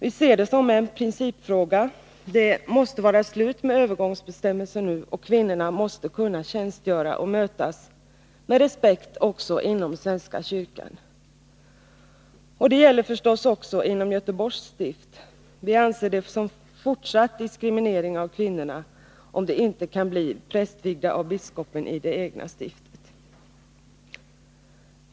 Vi ser detta som en principfråga. Det måste vara slut med övergångsbestämmelser nu, och kvinnorna måste kunna tjänstgöra och mötas med respekt också inom svenska kyrkan. Det gäller förstås också inom Göteborgs stift. Vi anser det som fortsatt diskriminering av kvinnorna, om de inte kan bli prästvigda av biskopen i det egna stiftet.